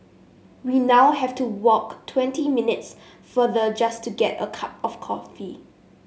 we now have to walk twenty minutes farther just to get a cup of coffee